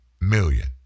million